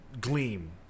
gleam